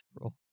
role